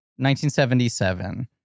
1977